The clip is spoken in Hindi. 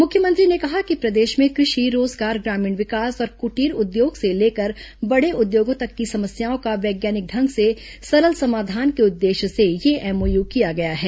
मुख्यमंत्री ने कहा कि प्रदेश में कृषि रोजगार ग्रामीण विकास और कुटीर उद्योग से लेकर बड़े उद्योगों तक की समस्याओं का वैज्ञानिक ढंग से सरल समाधान के उद्देश्य से यह एमओयू किया गया है